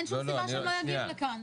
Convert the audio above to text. אין שום סיבה שהם לא יגיעו לכאן.